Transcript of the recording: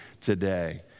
today